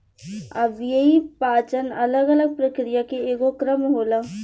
अव्ययीय पाचन अलग अलग प्रक्रिया के एगो क्रम होला